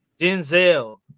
Denzel